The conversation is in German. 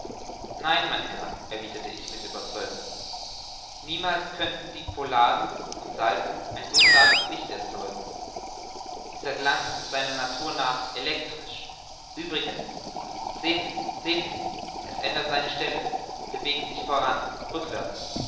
nein mein herr erwiderte ich mit ueberzeugung niemals können die pholaden und salpen ein so starkes licht erzeugen dieser glanz ist seiner natur nach elektrisch uebrigens sehen sie sehen sie es ändert seine stelle bewegt sich voran rückwärts